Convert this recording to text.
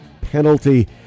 Penalty